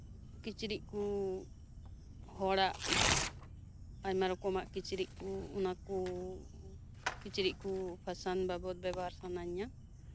ᱠᱤᱪᱨᱤᱪ ᱠᱩ ᱦᱚᱲᱟᱜ ᱟᱭᱢᱟ ᱨᱚᱠᱚᱢᱟᱜ ᱠᱤᱪᱨᱤᱪ ᱠᱚ ᱚᱱᱟᱠᱩ ᱠᱤᱪᱨᱤᱪ ᱠᱩ ᱯᱷᱮᱥᱮᱱ ᱵᱟᱵᱚᱫ ᱵᱮᱵᱚᱦᱟᱨ ᱥᱟᱱᱟᱧᱟ